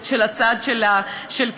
של הצד שכנגד.